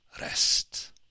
rest